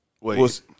Wait